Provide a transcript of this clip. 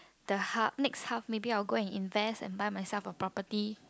the half next half maybe I will go and invest and buy myself a property